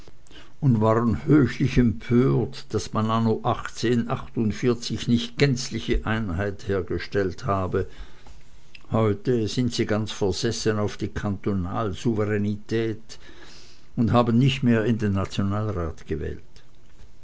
und waren höchlich empört daß man anno achtundvierzig nicht gänzliche einheit hergestellt habe heute sind sie ganz versessen auf die kantonalsouveränetät und haben nicht mehr in den nationalrat gewählt